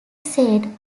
said